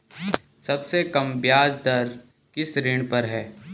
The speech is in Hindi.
सबसे कम ब्याज दर किस ऋण पर है?